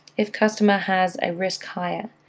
if customer has a risk higher,